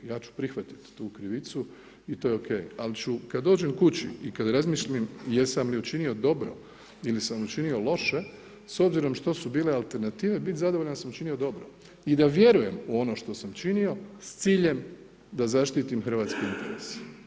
Ja ću prihvatiti tu krivicu i to je ok, ali ću kada dođem kući i kada razmislim jesam li učinio dobro ili sam učinio loše, s obzirom što su bile alternative, biti zadovoljan što sam učinio dobro i da vjerujem u ono što sam učinio s ciljem da zaštitim hrvatski interes.